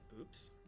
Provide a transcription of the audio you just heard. Oops